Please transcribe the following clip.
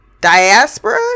diaspora